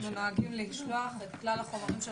אנחנו נוהגים לשלוח את כלל החומרים של